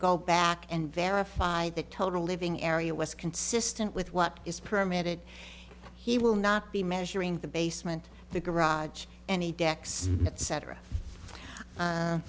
go back and verify the total living area was consistent with what is permitted he will not be measuring the basement the garage any decks that cetera